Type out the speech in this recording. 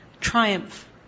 triumph